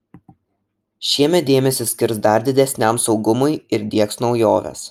šiemet dėmesį skirs dar didesniam saugumui ir diegs naujoves